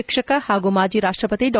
ಶಿಕ್ಷಕ ಹಾಗೂ ಮಾಜ ರಾಷ್ಟಪತಿ ಡಾ